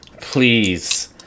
please